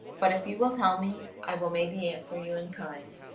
but if you will tell me, i will maybe answer you in kind.